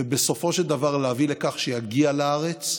ובסופו של דבר להביא לכך שיגיע לארץ,